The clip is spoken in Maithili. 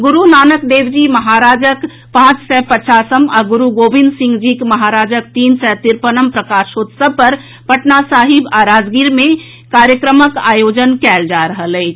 गुरू नानक देव जी महाराजक पांच सय पचासम आ गुरू गोविंद सिंह जी महाराजक तीन सय तिरपनम प्रकाशोत्सव पर पटना साहिब आ राजगीर मे कार्यक्रमक आयोजन कयल जा रहल अछि